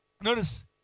Notice